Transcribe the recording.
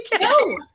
No